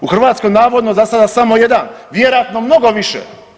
U Hrvatskoj navodno za sada samo jedan, vjerojatno mnogo više.